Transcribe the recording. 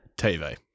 TV